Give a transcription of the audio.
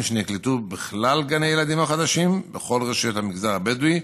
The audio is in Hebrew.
שנקלטו בכלל גני הילדים החדשים בכל רשויות המגזר הבדואי